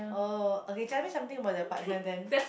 oh okay tell me something about your partner then